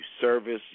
service